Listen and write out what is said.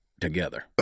together